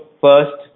first